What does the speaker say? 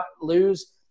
lose